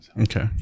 okay